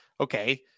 okay